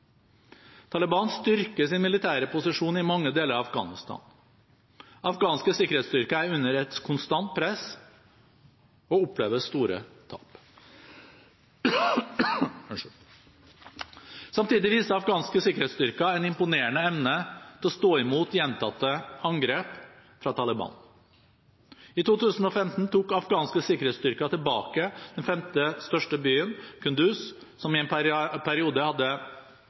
Taliban styrker sin militære posisjon i mange deler av Afghanistan. Afghanske sikkerhetsstyrker er under et konstant press og opplever store tap. Samtidig viser afghanske sikkerhetsstyrker en imponerende evne til å stå imot gjentatte angrep fra Taliban. I 2015 tok afghanske sikkerhetsstyrker tilbake den femte største byen, Kunduz, som i en periode